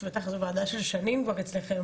בטח זה ועדה ששנים כבר אצלכם,